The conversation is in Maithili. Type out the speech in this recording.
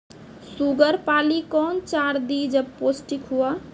शुगर पाली कौन चार दिय जब पोस्टिक हुआ?